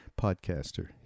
podcaster